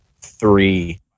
three